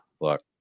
look